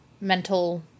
mental